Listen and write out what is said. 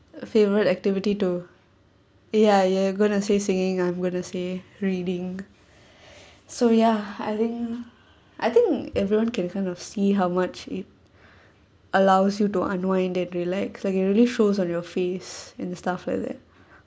favorite activity to ya ya you're going to say singing I'm going to say reading so ya I think I think everyone can kind of see how much it allows you to unwind then relax like you really shows on your face and stuff like that